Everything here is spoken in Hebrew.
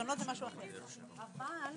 הישיבה ננעלה בשעה 14:43.